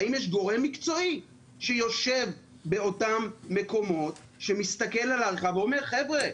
האם יש גורם מקצועי שיושב באותם מקומות שמסתכל על ההנחיה ואומר: חבר'ה,